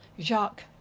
Jacques